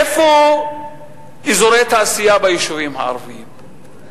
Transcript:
איפה אזורי תעשייה ביישובים הערביים?